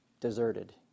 deserted